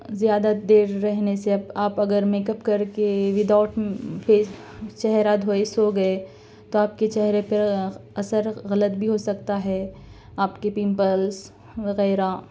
زیادہ دیر رہنے سے آپ اگر میک اپ کر کے ودآؤٹ فیس چہرہ دھوئے سو گئے تو آپ کے چہرے پہ اثر غلط بھی ہو سکتا ہے آپ کے پمپلس وغیرہ